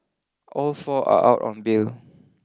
all four are out on bail